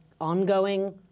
ongoing